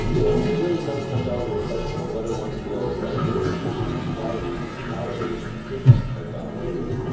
it it really does come down to a question of whether one feels that differences should be valued, tolerated, hidden, or done away with,